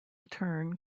turn